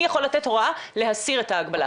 מי יכול לתת הוראה להסיר את ההוראה.